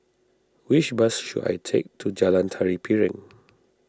which bus should I take to Jalan Tari Piring